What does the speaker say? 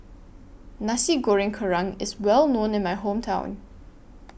Nasi Goreng Kerang IS Well known in My Hometown